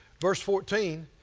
verse fourteen.